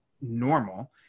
normal